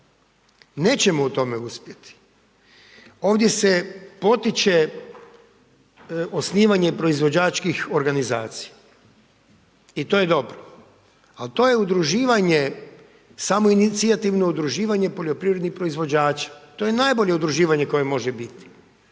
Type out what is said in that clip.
nećemo u tome uspjeti. Ovdje se potiče osnivanje proizvođačkih organizacija i to je dobro, ali to je udruživanje, samoinicijativno udruživanje poljoprivrednih proizvođača, to je najbolje udruživanje koje može biti,